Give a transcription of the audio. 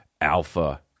alpha